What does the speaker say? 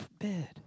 forbid